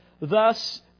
Thus